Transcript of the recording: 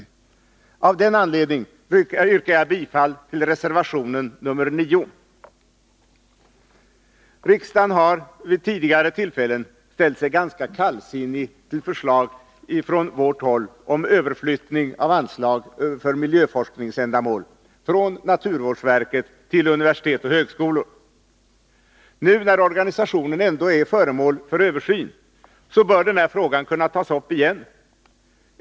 Av den anledningen yrkar jag bifall till reservation nr 9. Riksdagen har vid tidigare tillfällen ställt sig ganska kallsinnig till förslag från vårt håll om överflyttning av anslag för miljöforskningsändamål från naturvårdsverket till universitet och högskolor. Nu, när organisationen ändå är föremål för översyn, bör denna fråga kunna tas upp igen.